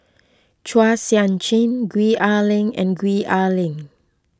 Chua Sian Chin Gwee Ah Leng and Gwee Ah Leng